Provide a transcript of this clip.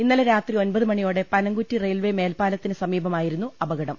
ഇന്നലെ രാത്രി ഒൻപത് മണിയോടെ പനംകുറ്റി റെയിൽവെ മേൽപ്പാ ലത്തിന് സമീപമായിരുന്നു അപകടം